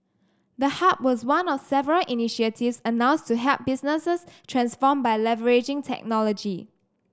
the hub was one of several initiatives announced to help businesses transform by leveraging technology